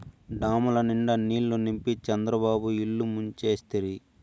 డాముల నిండా నీళ్ళు నింపి చంద్రబాబు ఇల్లు ముంచేస్తిరి